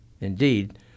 Indeed